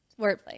Wordplay